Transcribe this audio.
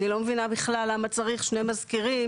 אני לא מבינה בכלל למה צריך שני מזכירים